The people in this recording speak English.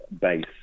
base